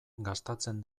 gastatzen